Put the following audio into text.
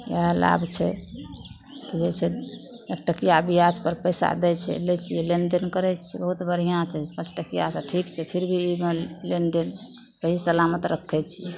वएह लाभ छै होइ छै पँचटकिआ बिआजपर पइसा दै छै लै छिए लेनदेन करै छिए बहुत बढ़िआँ छै पँचटकिआके ठीक छै फिर भी ई मे लेनदेन सही सलामत रखै छिए